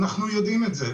אנחנו יודעים את זה,